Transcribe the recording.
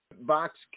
box